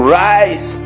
rise